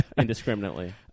indiscriminately